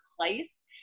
place